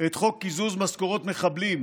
את חוק קיזוז משכורות מחבלים